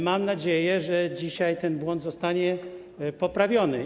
Mam nadzieję, że dzisiaj ten błąd zostanie poprawiony.